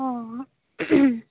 ᱦᱚᱸᱻ